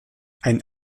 ein